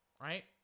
right